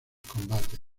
combates